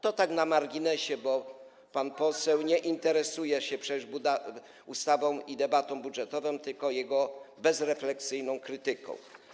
To tak na marginesie, bo pan poseł interesuje się przecież nie ustawą ani debatą budżetową, tylko jej bezrefleksyjną krytyką.